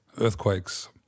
Earthquakes